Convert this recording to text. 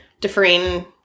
differing